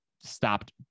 stopped